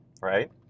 right